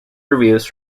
reviews